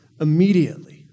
immediately